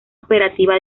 operativa